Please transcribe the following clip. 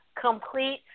complete